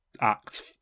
act